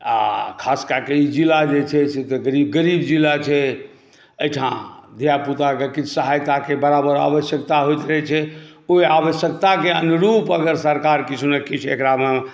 आ खासकऽ कऽ ई ज़िला जे छै से तऽ ई गरीब ज़िला छै एहिठाम धिया पुताके किछु सहायताके बराबर आवश्यकता होइत रहै छै ओहि आवश्यकताके अनुरूप अगर सरकार किछु ने किछु एक़रामे